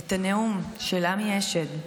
את הנאום של עמי אשד,